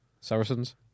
Saracens